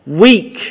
Weak